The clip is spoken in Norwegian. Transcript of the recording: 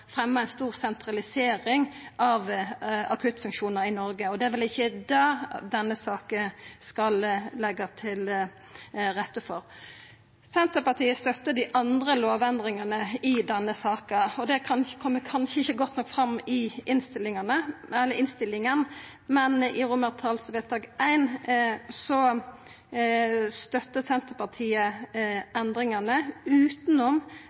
stor sentralisering av akuttfunksjonar i Noreg, og det er vel ikkje det denne saka skal leggja til rette for. Senterpartiet støttar dei andre lovendringane i denne saka, og det kjem kanskje ikkje godt nok fram i innstillinga, men i romertallsvedtak I støttar Senterpartiet endringane, utanom